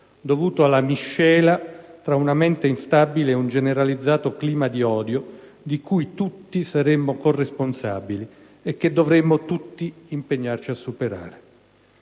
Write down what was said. dovuto alla miscela tra una mente instabile e un generalizzato clima di odio di cui tutti saremmo corresponsabili e che dovremmo tutti impegnarci a superare.